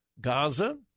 Gaza